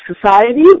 society